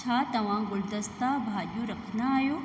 छा तव्हां गुलदस्ता भाजि॒यूं रखंदा आहियो